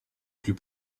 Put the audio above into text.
plus